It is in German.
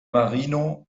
marino